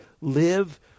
live